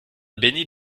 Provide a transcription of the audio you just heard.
béni